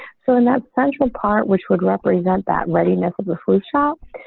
so in that central part which would represent that readiness of the food shop.